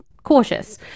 cautious